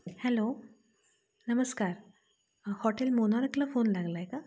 hello नमस्कार hotel मोनार्कला phone लागलाय का